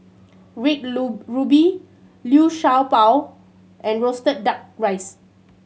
red ruby Liu Sha Bao and roasted Duck Rice